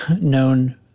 known